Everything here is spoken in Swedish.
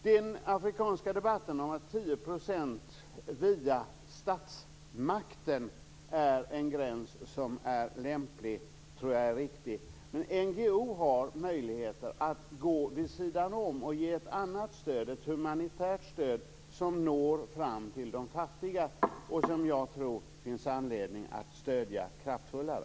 Den afrikanska debatten om att 10 % via statsmakten är en lämplig gräns tror jag är riktig. Men NGO har möjligheter att gå vid sidan om och ge ett annat stöd, ett humanitärt stöd, som når fram till de fattigaste. Det finns det anledning, tror jag, att stödja kraftfullare.